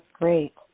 great